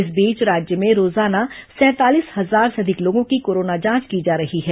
इस बीच राज्य में रोजाना सैंतालीस हजार से अधिक लोगों की कोरोना जांच की जा रही है